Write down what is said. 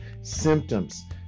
Symptoms